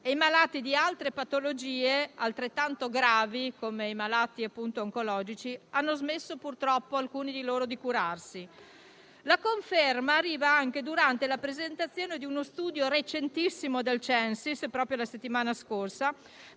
malati di altre patologie, altrettanto gravi, come i malati oncologici, hanno purtroppo smesso di curarsi. La conferma è arrivata anche durante la presentazione di uno studio recentissimo dal Censis, della settimana scorsa,